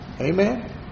Amen